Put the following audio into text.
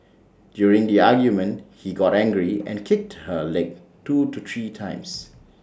during the argument he got angry and kicked her legs two to three times